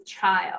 child